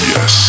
Yes